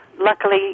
Luckily